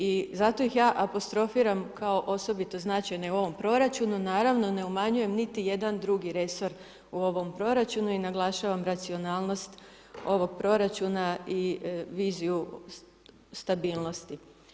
I zato ih ja apostrofiram kao osobito značajne u ovom proračunu naravno ne umanjujem niti jedan drugi resor u ovom proračunu i naglašavam racionalnost ovog proračuna i viziju stabilnosti.